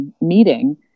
meeting